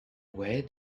where